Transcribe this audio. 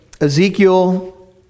Ezekiel